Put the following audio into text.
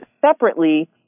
separately